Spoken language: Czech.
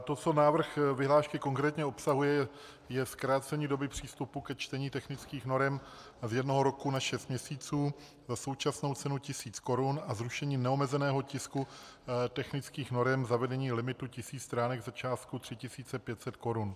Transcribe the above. To, co návrh vyhlášky konkrétně obsahuje, je zkrácení doby přístupu ke čtení technických norem z jednoho roku na šest měsíců za současnou cenu tisíc korun a zrušení neomezeného tisku technických norem, zavedení limitu tisíc stránek za částku 3 500 korun.